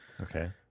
Okay